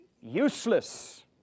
Useless